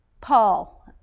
Paul